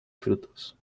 frutos